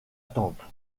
tempe